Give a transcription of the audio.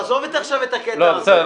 עזוב עכשיו את הקטע הזה.